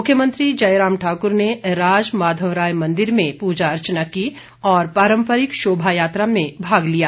मुख्यमंत्री जयराम ठाकुर ने राज माधवराय मंदिर में पूजा अर्चना की और पारम्परिक शोभा यात्रा में भाग लिया